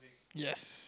yes